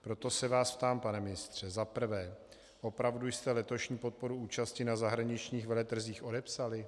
Proto se vás ptám, pane ministře za prvé: Opravdu jste letošní podporu účasti na zahraničních veletrzích odepsali?